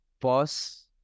pause